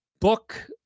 book